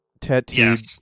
tattooed